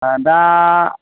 दा